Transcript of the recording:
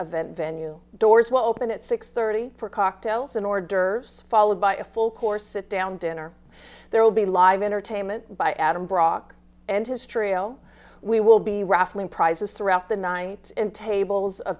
event venue doors will open at six thirty for cocktails an hors d'oeuvres followed by a full course sit down dinner there will be live entertainment by adam brock and history will we will be ruffling prizes throughout the night and tables o